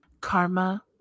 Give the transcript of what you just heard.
Karma